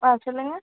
ஆ சொல்லுங்கள்